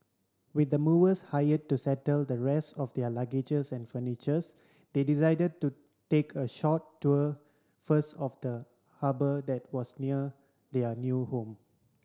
with the movers hire to settle the rest of their luggages and furnitures they decided to take a short tour first of the harbour that was near their new home